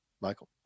michael